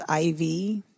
IV